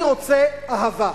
אני רוצה אהבה.